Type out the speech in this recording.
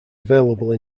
available